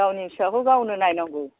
गावनि फिसाखौ गावनो नायनांगौ